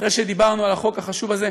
אחרי שדיברנו על החוק החשוב הזה,